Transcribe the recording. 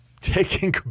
taking